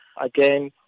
Again